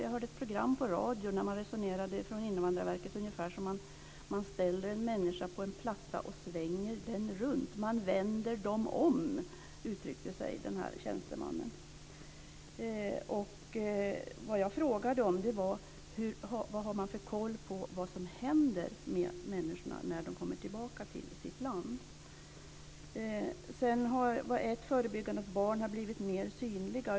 Jag hörde ett program på radio där Invandrarverket resonerade ungefär som om man skulle ställa en människa på en platta och svänga den runt. Man vänder dem om, uttryckte sig denna tjänsteman. Vad jag frågade om var vilken koll man har på vad som händer med människorna när de kommer tillbaka till sitt land. Ett sätt att förebygga hade att göra med att barn har blivit mer synliga.